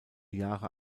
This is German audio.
jahre